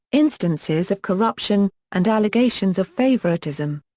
instances of corruption, and allegations of favouritism.